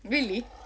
really